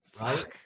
right